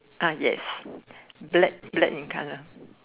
ah yes black black in colour